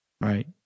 Right